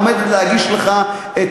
עומדת להגיש לך את